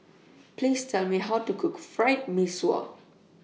Please Tell Me How to Cook Fried Mee Sua